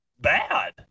bad